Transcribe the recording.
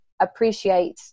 appreciate